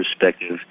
perspective